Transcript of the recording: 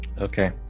Okay